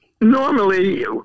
normally